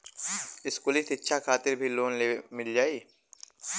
इस्कुली शिक्षा खातिर भी लोन मिल जाई?